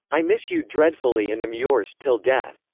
i miss you dreadfully and am yours til death.